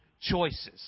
choices